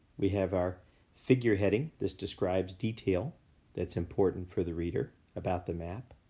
we have our figure heading, this describes detail that's important for the reader about the map.